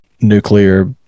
nuclear